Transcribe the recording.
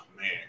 man